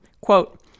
quote